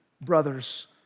brothers